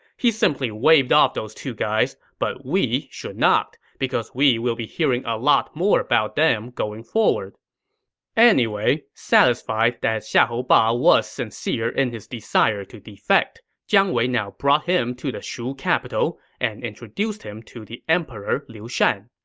he simply waved off those two guys, but we should not, because we will be hearing a lot more about them going forward anyway, satisfied that xiahou ba was sincere in his desire to defect, jiang wei now brought him to the shu capital and introduced him to the emperor liu shan.